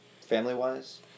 family-wise